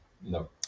No